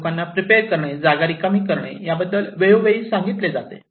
लोकांना प्रिपेर करणे जागा रिकामी करणे याबद्दल वेळोवेळी सांगितले जाते